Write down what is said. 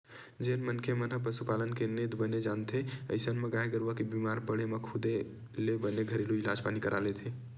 जेन मनखे मन ह पसुपालन के नेत बने जानथे अइसन म गाय गरुवा के बीमार पड़े म खुदे ले बने घरेलू इलाज पानी कर लेथे